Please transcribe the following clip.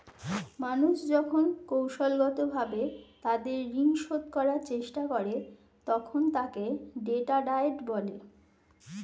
মানুষ যখন কৌশলগতভাবে তাদের ঋণ শোধ করার চেষ্টা করে, তখন তাকে ডেট ডায়েট বলে